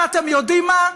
ואתם יודעים מה,